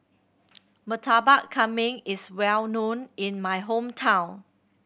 Murtabak Kambing is well known in my hometown